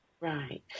Right